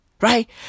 Right